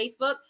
facebook